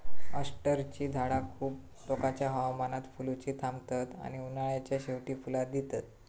अष्टरची झाडा खूप टोकाच्या हवामानात फुलुची थांबतत आणि उन्हाळ्याच्या शेवटी फुला दितत